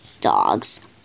dogs